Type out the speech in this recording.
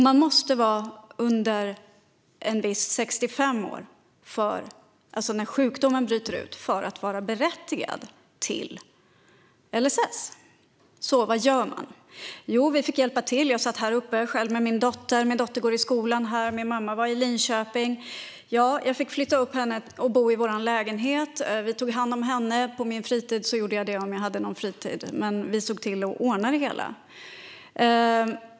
Man måste vara under 65 år när sjukdomen bryter ut för att vara berättigad till LSS. Så vad gör man? Jo, vi fick hjälpa till. Jag satt själv här uppe i Stockholm med min dotter. Min dotter går i skolan här; min mamma var i Linköping. Jag fick flytta upp henne till vår lägenhet. Jag tog hand om henne på min fritid, om jag nu hade någon. Vi såg till att ordna det hela.